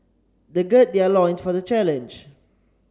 they gird their loins for the challenge